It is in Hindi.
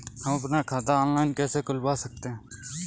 हम अपना खाता ऑनलाइन कैसे खुलवा सकते हैं?